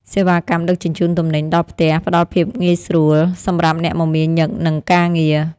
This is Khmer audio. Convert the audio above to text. សេវាកម្មដឹកជញ្ជូនទំនិញដល់ផ្ទះផ្ដល់ភាពងាយស្រួលសម្រាប់អ្នកមមាញឹកនឹងការងារ។